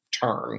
turn